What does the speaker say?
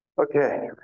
Okay